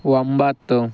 ಒಂಬತ್ತು